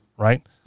Right